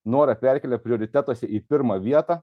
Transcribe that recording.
norą perkelia prioritetuose į pirmą vietą